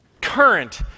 current